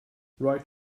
write